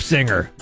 Singer